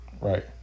Right